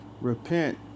Repent